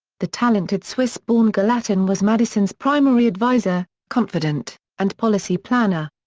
the talented swiss born gallatin was madison's primary advisor, confidant, and policy planner.